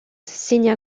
signe